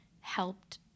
helped